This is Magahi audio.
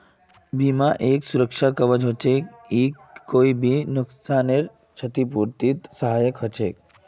बीमा एक सुरक्षा कवर हछेक ई कोई भी नुकसानेर छतिपूर्तित सहायक हछेक